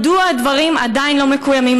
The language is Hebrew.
מדוע הדברים עדיין לא מקוימים?